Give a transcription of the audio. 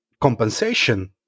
compensation